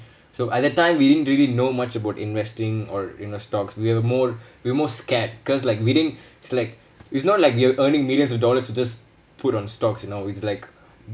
so at that time we didn't really know much about investing or in the stocks we have more we most scared because like we didn't it's like it's not like you're earning millions of dollars to just put on stocks you know it's like